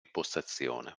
postazione